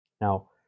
Now